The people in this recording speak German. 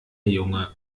junge